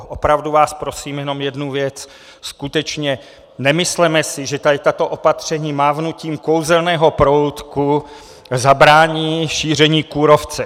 Opravdu vás prosím o jednu věc: Skutečně si nemysleme, že tato opatření mávnutím kouzelného proutku zabrání šíření kůrovce.